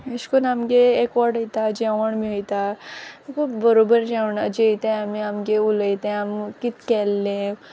अेश कोन्न आमगे एकवोठ ओयता जेवोण ओयता बोरोबोर जेवोण जेयताय आमी आमगे उलोयताय आम कीत केल्लें